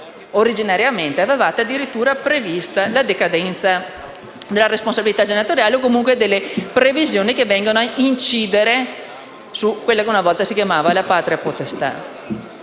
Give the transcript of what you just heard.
originariamente avevate addirittura previsto la decadenza della responsabilità genitoriale o comunque delle previsioni che andavano a incidere su quella che una volta si chiamava patria potestà.